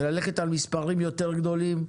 וללכת על מספרים יותר גדולים,